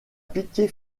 piété